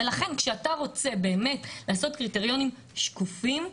ולכן כשאתה רוצה באמת לעשות קריטריונים שקופים,